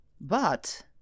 But—